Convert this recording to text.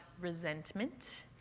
resentment